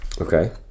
Okay